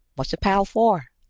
what's a pal for?